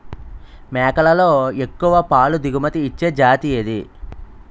మేకలలో ఎక్కువ పాల దిగుమతి ఇచ్చే జతి ఏది?